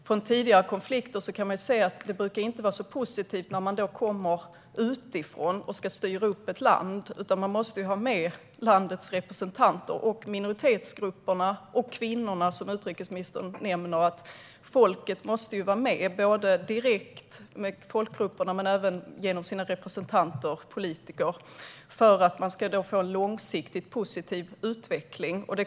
Från tidigare konflikter ser vi att det inte brukar vara positivt när man kommer utifrån och ska styra upp ett land, utan man måste ha med landets representanter, minoritetsgrupperna och kvinnorna, som utrikesministern nämnde. Folket måste vara med, både direkt - med folkgrupperna - och genom sina representanter och politiker, för att det ska bli en långsiktigt positiv utveckling.